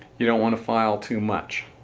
you don't want to file too much.